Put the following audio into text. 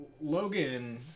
logan